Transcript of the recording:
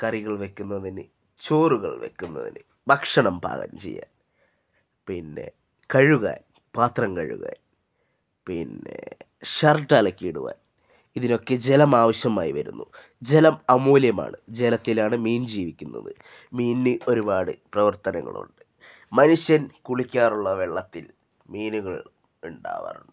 കറികൾ വെക്കുന്നതിന് ചോറുകൾ വെക്കുന്നതിന് ഭക്ഷണം പാകം ചെയ്യാൻ പിന്നെ കഴുകാൻ പാത്രം കഴുകാൻ പിന്നെ ഷർട്ടലക്കി ഇടുവാൻ ഇതിനൊക്കെ ജലം ആവശ്യമായി വരുന്നു ജലം അമൂല്യമാണ് ജലത്തിലാണ് മീൻ ജീവിക്കുന്നത് മീനിന് ഒരുപാട് പ്രവർത്തനങ്ങളുണ്ട് മനുഷ്യൻ കുളിക്കാറുള്ള വെള്ളത്തിൽ മീനുകൾ ഉണ്ടാകാറുണ്ട്